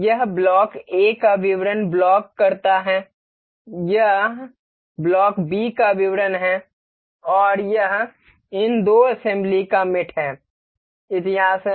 यह block A का विवरण ब्लॉक करता है यह ब्लॉक बी का विवरण है और यह इन दो असेम्ब्ली का मेट इतिहास है